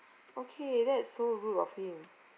okay that's so rude of him